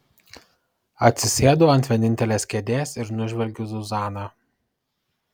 atsisėdu ant vienintelės kėdės ir nužvelgiu zuzaną